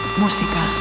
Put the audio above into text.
música